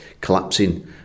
collapsing